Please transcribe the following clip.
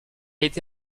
été